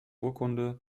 urkunde